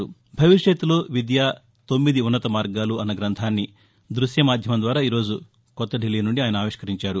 భవిష్యత్లో విద్యా తొమ్మిది ఉన్నత మార్గాలు అన్న గ్రంధాన్ని దృశ్య మాధ్యమం ద్వారా ఈ రోజు కొత్త దిల్లీనుండి ఆయన అవిష్కరించారు